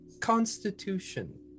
constitution